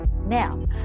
Now